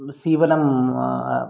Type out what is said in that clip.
सीवनं